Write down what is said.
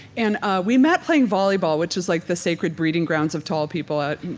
and ah we met playing volleyball, which is like the sacred breeding grounds of tall people, and